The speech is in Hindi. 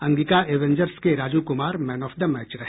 अंगिका एवेंजर्स के Raju Kumar man of the match रहे